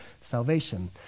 salvation